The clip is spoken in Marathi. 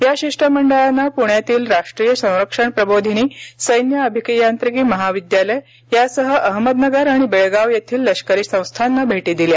या शिष्टमंडळाने पुण्यातील राष्ट्रीय संरक्षण प्रबोधिनी सैन्य अभियांत्रिकी महाविद्यालय यासह अहमदनगर आणि बेळगाव येथील लष्करी संस्थांना भेटी दिल्या